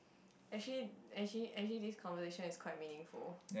actually actually actually this conversation is quite meaningful